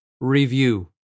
review